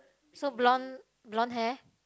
so blonde blonde hair